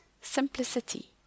simplicity